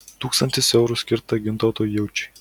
tūkstantis eurų skirta gintautui jučiui